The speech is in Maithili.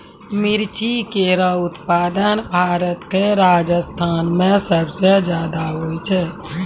मिर्ची केरो उत्पादन भारत क राजस्थान म सबसे जादा होय छै